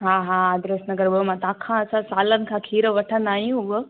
हा हा आदर्श नगर ॿ मां तव्हांखां असां सालनि खां खीरु वठंदा आहियूं व